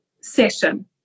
session